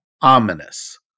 ominous